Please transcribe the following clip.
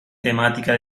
temática